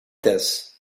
this